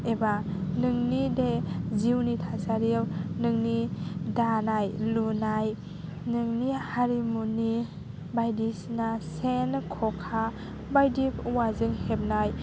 एबा नोंनि बे जिउनि थासारियाव नोंनि दानाय लुनाय नोंनि हारिमुनि बायदिसिना सेन ख'खा बायदि औवाजों हेबनाय